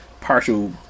partial